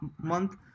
month